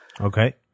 Okay